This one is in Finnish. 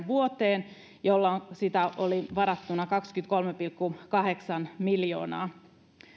vuoteen nähden jolloin sitä oli varattuna kaksikymmentäkolme pilkku kahdeksan miljoonaa